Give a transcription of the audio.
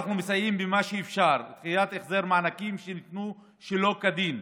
אנחנו מסייעים במה שאפשר: דחיית החזר מענקים שניתנו שלא כדין,